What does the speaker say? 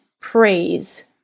praise